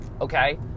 okay